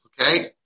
Okay